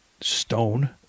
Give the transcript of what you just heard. stone